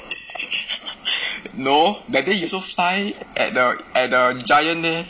no that you so high at the Giant there